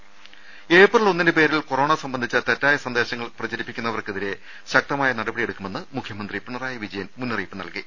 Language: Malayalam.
ദേദ ഏപ്രിൽ ഒന്നിന്റെ പേരിൽ കൊറോണ സംബന്ധിച്ച തെറ്റായ സന്ദേശങ്ങൾ പ്രചരിപ്പിക്കുന്നവർക്കെതിരെ ശക്തമായ നടപടിയെടുക്കുമെന്ന് മുഖ്യമന്ത്രി പിണറായി വിജയൻ മുന്നറിയിപ്പ് നൽകി